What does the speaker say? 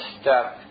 step